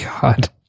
God